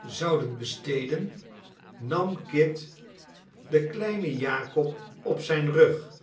zouden besteden nam kit den kleinen jakob op zijn rug